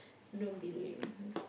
don't be lame